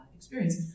Experience